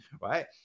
right